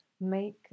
Make